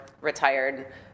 retired